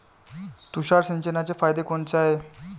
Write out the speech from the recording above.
तुषार सिंचनाचे फायदे कोनचे हाये?